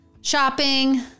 shopping